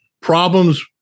problems